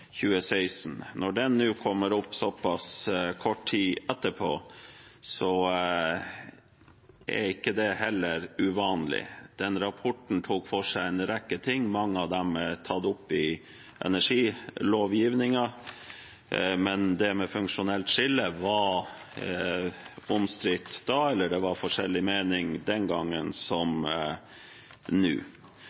2016. Når den nå kommer opp såpass kort tid etterpå, er ikke det heller uvanlig. Rapporten tok for seg en rekke ting. Mange av dem er tatt opp i energilovgivningen, men funksjonelt skille var omstridt, det var forskjellige meninger den gangen, som nå.